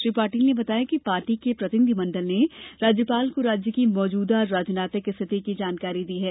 श्री पाटिल ने बताया कि पार्टी के प्रतिनिधि मंडल ने राज्यपाल को राज्य की मौजूदा राजनीतिक स्थिति की जानकारी दी है